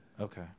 Okay